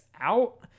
out